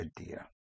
idea